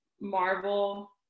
Marvel